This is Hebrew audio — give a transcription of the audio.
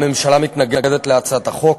הממשלה מתנגדת להצעת החוק.